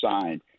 signed